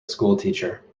schoolteacher